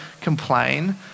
complain